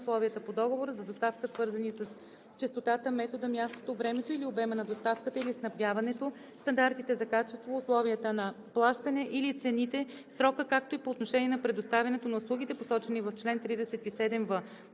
условия по договора за доставка, свързани с честотата, метода, мястото, времето или обема на доставката или снабдяването, стандартите за качество, условията на плащане или цените, срока, както и по отношение на предоставянето на услугите, посочени в чл. 37в; 4. искане